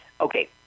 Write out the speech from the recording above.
okay